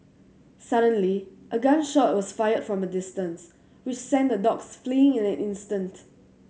suddenly a gun shot was fired from a distance which sent the dogs fleeing in an instant